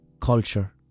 culture